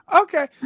Okay